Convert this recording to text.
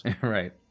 Right